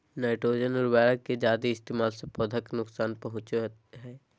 nitrogen उर्वरक के जादे इस्तेमाल से पौधा के नुकसान पहुंचो हय